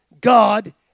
God